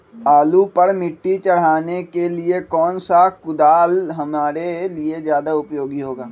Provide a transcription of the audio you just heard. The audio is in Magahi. आलू पर मिट्टी चढ़ाने के लिए कौन सा कुदाल हमारे लिए ज्यादा उपयोगी होगा?